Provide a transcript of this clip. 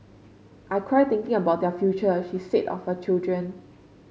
I cry thinking about their future she said of her children